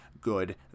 good